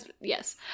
yes